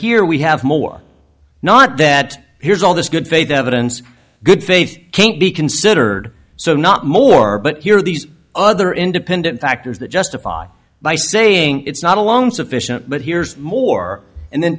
here we have more not that here's all this good faith evidence good faith can't be considered so not more but here are these other independent factors that justify by saying it's not a long sufficient but here more and then